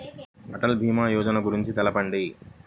అటల్ భీమా యోజన గురించి తెలుపండి?